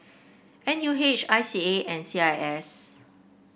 N U H I C A and C I S